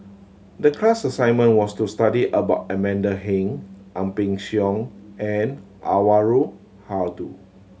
the class assignment was to study about Amanda Heng Ang Peng Siong and Anwarul Haque